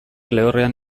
lehorrean